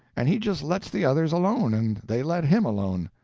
and he just lets the others alone, and they let him alone.